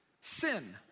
sin